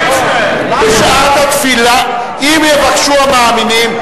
אם יבקשו המאמינים,